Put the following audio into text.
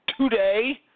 today